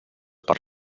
per